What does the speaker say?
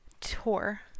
Tour